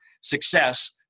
success